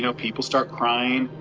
you know people start crying.